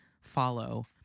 follow